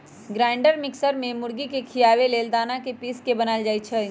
grinder mixer में मुर्गी के खियाबे लेल दना के पिस के बनाएल जाइ छइ